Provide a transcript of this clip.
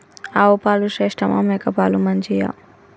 ఆవు పాలు శ్రేష్టమా మేక పాలు మంచియా?